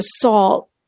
assault